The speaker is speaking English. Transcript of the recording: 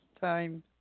time